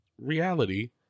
reality